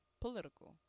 political